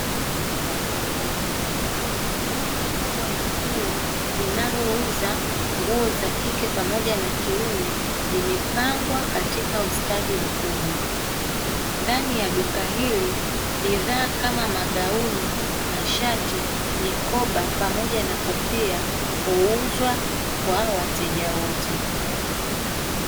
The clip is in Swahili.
Duka kubwa la nguo linalouza nguo za kike pamoja na kiume limepangwa katika ustadi mkubwa, ndani ya duka hili bidhaa kama magauni, mashati, mikoba pamoja na kofia huuzwa kwa wateja wote.